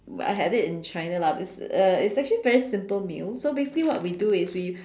I had it in China lah this uh it's actually a very simple meal so basically what we do is we